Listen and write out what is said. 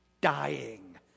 dying